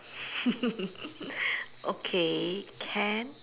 okay can